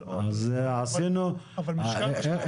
אבל משקל משמעותי.